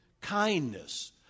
kindness